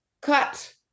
cut